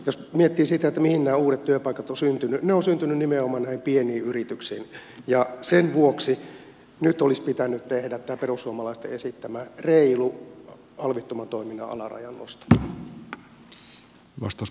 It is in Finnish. jos miettii sitä mihin nämä uudet työpaikat ovat syntyneet ne ovat syntyneet nimenomaan pieniin yrityksiin ja sen vuoksi nyt olisi pitänyt tehdä tämä perussuomalaisten esittämä reilu alvittoman toiminnan alarajan nosto